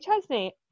Chesney